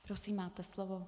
Prosím, máte slovo.